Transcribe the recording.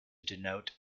denote